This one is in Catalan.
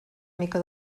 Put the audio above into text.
mica